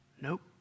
Nope